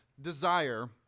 desire